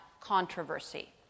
controversy